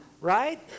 right